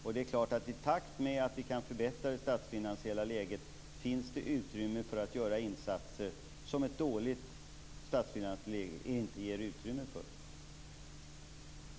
I takt med att vi kan förbättra det statsfinansiella läget finns det utrymme att göra insatser som det inte finns utrymme för i ett dåligt statsfinansiellt läge.